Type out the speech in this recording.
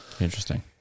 Interesting